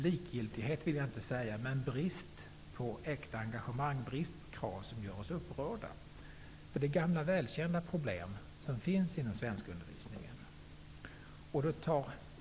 Det är den brist på äkta engagemang och krav som gör oss nydemokrater upprörda. Det är gamla välkända problem som finns inom svenskundervisningen.